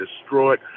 destroyed